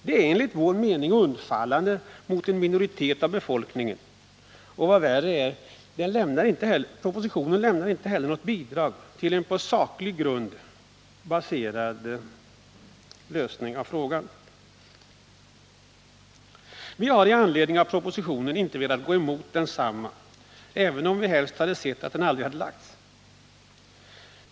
Den är enligt vår mening undfallande mot en minoritet av befolkningen. Och vad värre är — propositionen lämnar inget bidrag till en på saklig grund baserad lösning av frågan. Vi har inte velat gå emot propositionen, även om vi helst hade sett att den aldrig hade lagts.